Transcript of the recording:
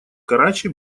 карачи